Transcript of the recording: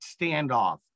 standoff